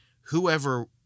whoever